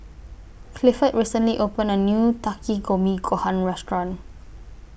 Clifford recently opened A New Takikomi Gohan Restaurant